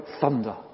thunder